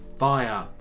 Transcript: fire